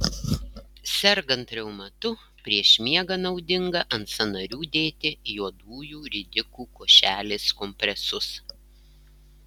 sergant reumatu prieš miegą naudinga ant sąnarių dėti juodųjų ridikų košelės kompresus